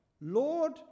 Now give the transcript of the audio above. Lord